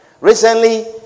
Recently